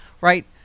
right